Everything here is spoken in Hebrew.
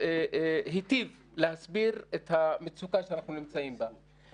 היטיב להסביר את המצוקה שאנחנו נמצאים בה.